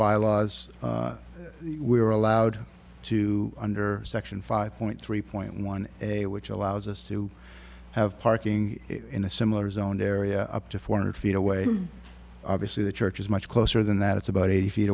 bylaws we are allowed to under section five point three point one which allows us to have parking in a similar zoned area up to four hundred feet away obviously the church is much closer than that it's about eighty feet